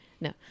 No